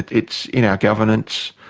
it's in our governance,